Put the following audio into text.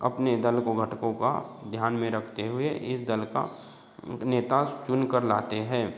अपने दल को घटकों का ध्यान में रखते हुए इस दल का नेता चुन कर लाते हैं